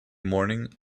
morning